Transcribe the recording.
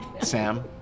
sam